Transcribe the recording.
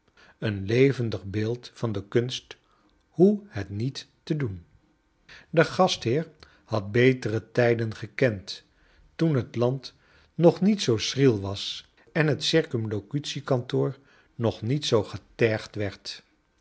een levendig beeld van de kunst hoe het niet te doen de gastheer had beter tijden gekend toen het land nog niet zoo schriel was en het c k nog niet zoo getergd werd